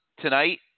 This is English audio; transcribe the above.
tonight